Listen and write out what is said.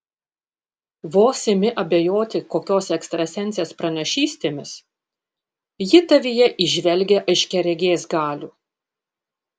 vos imi abejoti kokios ekstrasensės pranašystėmis ji tavyje įžvelgia aiškiaregės galių